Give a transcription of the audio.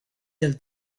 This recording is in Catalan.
del